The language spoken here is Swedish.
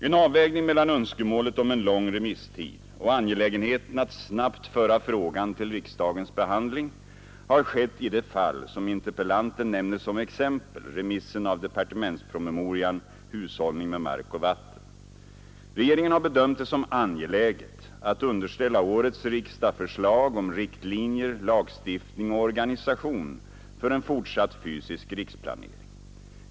En avvägning mellan önskemålet om en lång remisstid och angelägenheten att snabbt föra frågan till riksdagens behandling har skett i det fall som interpellanten nämner som exempel, remissen av departementspromemorian Hushållning med mark och vatten. Regeringen har bedömt det som angeläget att underställa årets riksdag förslag om riktlinjer, lagstiftning och organisation för en fortsatt fysisk riksplanering.